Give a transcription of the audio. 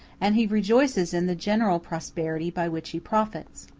and he rejoices in the general prosperity by which he profits.